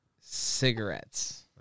Cigarettes